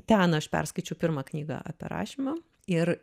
ten aš perskaičiau pirmą knygą apie rašymą ir